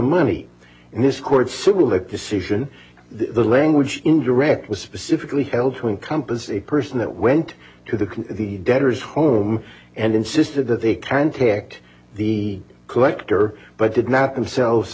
money in this cord similar decision the language in direct was specifically held to encompass a person that went to the debtors home and insisted that they can tact the collector but did not themselves